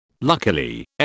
Luckily